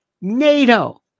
NATO